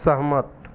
सहमत